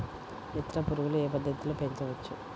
మిత్ర పురుగులు ఏ పద్దతిలో పెంచవచ్చు?